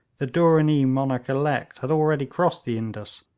the dooranee monarch-elect had already crossed the indus,